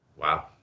Wow